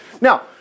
Now